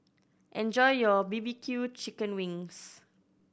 enjoy your B B Q chicken wings